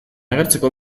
agertzeko